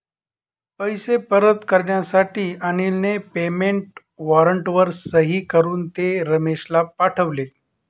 पैसे परत करण्यासाठी अनिलने पेमेंट वॉरंटवर सही करून ते रमेशला पाठवले